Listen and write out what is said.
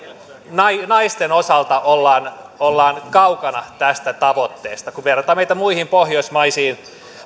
naisten osalta ollaan ollaan kaukana tästä tavoitteesta kun vertaa meitä muihin pohjoismaihin